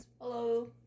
Hello